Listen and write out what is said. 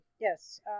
Yes